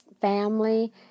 family